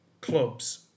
clubs